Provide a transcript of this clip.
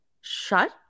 shut